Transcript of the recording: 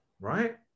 right